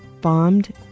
bombed